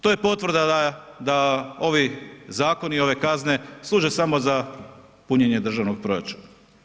To je potvrda da ovi zakoni i ove kazne služe samo za punjenje državnog proračuna.